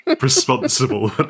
responsible